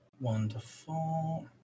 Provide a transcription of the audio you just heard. Wonderful